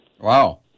Wow